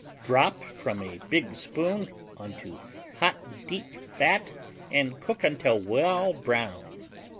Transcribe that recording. drop from a big spoon into hot deep fat and cook until well browned.